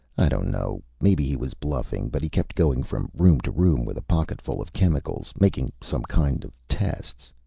i don't know. maybe he was bluffing. but he kept going from room to room with a pocketful of chemicals, making some kind of tests.